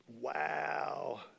Wow